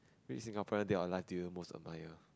which Singaporean dead or alive do you most admire